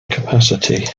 capacity